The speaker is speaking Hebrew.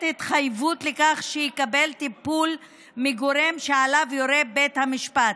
התחייבות לכך שיקבל טיפול מגורם שעליו יורה בית המשפט.